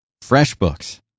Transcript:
FreshBooks